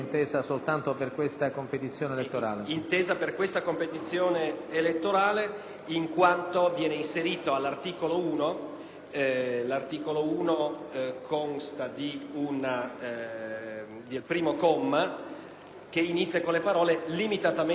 in quanto la modifica è inserita all'articolo 1 che, al primo comma, inizia con le parole «Limitatamente all'anno 2009, in caso di contemporaneo svolgimento delle elezioni dei membri del Parlamento europeo